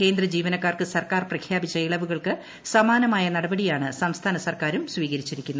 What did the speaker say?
കേന്ദ്ര ജീവനക്കാർക്ക് സർക്കാർ പ്രഖ്യാപിച്ച ഇളവുകൾക്ക് സമാനമായ നടപടിയാണ് സംസ്ഥാന സർക്കാരും സ്വീകരിച്ചിരിക്കുന്നത്